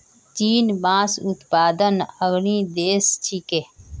चीन बांस उत्पादनत अग्रणी देश छिके